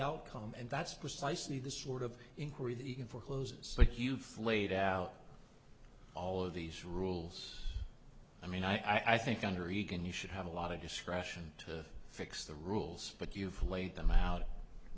outcome and that's precisely the sort of inquiry that you can foreclose but you flayed out all of these rules i mean i think under reagan you should have a lot of discretion to fix the rules but you've laid them out i